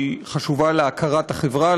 היא חשובה להכרת החברה,